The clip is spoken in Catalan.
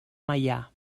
meià